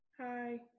Hi